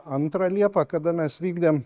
antrą liepą kada mes vykdėm